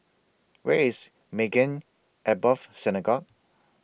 Where IS Maghain Aboth Synagogue